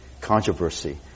controversy